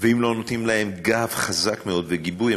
ואם לא נותנים להם גב חזק מאוד וגיבוי,